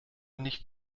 nicht